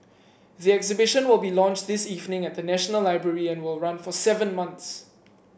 the exhibition will be launched this evening at the National Library and will run for seven months